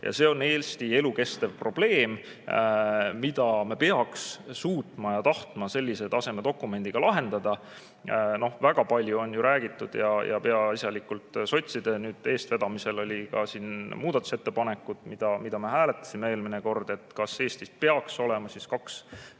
See on Eesti elukestev probleem, mida me peaks tahtma ja suutma sellise taseme dokumendi abil lahendada. Väga palju on räägitud ja peaasjalikult sotside eestvedamisel olid siin muudatusettepanekud, mida me hääletasime eelmine kord, et Eestis peaks olema kaks